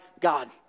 God